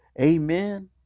Amen